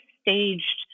staged